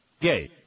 Gay